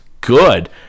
good